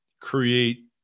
create